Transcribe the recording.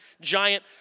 giant